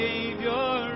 Savior